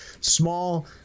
small